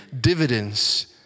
dividends